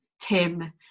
Tim